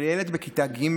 אבל ילד בכיתה ג'?